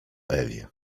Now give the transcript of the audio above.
ewie